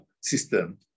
system